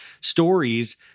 stories